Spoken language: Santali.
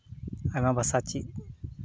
ᱟᱭᱢᱟ ᱵᱷᱟᱥᱟ ᱪᱮᱫ